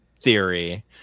theory